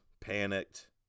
panicked